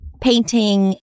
painting